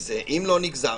נגזר מזה,